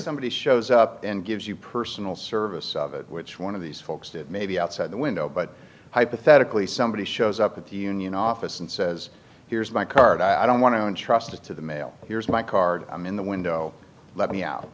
somebody shows up and gives you personal service which one of these folks did maybe outside the window but hypothetically somebody shows up at the union office and says here's my card i don't want to trust it to the mail here's my card i'm in the window let me out